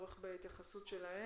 לפרקליטות.